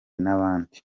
n’abandi